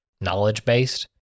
knowledge-based